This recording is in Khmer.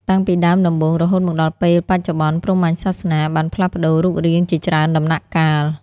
តាំងពីដើមដំបូង រហូតមកដល់ពេលបច្ចុប្បន្ន ព្រហ្មញ្ញសាសនាបានផ្លាស់ប្ដូររូបរាងជាច្រើនដំណាក់កាល។